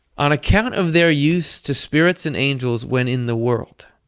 on account of their use to spirits and angels when in the world,